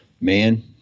Man